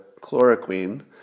chloroquine